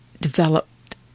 developed